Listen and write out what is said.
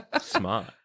Smart